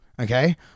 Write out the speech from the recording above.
okay